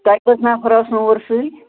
تۄہہِ کٔژ نَفَر آسنو اورٕ سۭتۍ